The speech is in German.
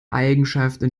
eigenschaften